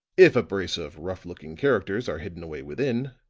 if a brace of rough-looking characters are hidden away within,